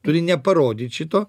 turi neparodyt šito